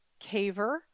caver